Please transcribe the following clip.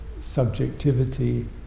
subjectivity